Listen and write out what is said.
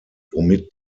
womit